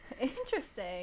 Interesting